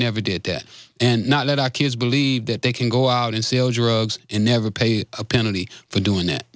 never did it and not let our kids believe that they can go out and sail drugs and never pay a penalty for doing